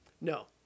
no